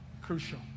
crucial